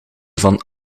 van